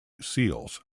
seals